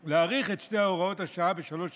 להאריך את שתי הוראות השעה בשלוש שנים,